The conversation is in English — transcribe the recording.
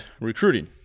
recruiting